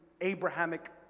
Abrahamic